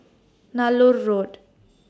Nallur Road